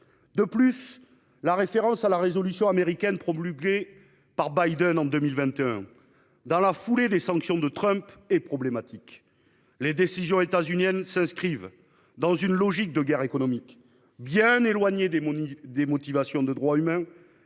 De plus, la référence à la résolution américaine promulguée par Biden en 2021, dans la foulée des sanctions de Trump, est problématique. Les décisions états-uniennes s'inscrivent dans une logique de guerre économique bien éloignée des droits humains,